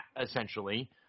essentially